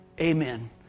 Amen